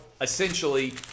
essentially